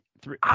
Three